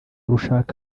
rushaka